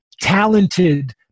talented